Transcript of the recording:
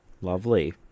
Lovely